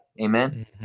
Amen